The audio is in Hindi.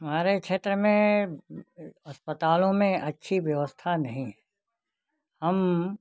हमारे क्षेत्र में अस्पतालों में अच्छी व्यवस्था नहीं है हम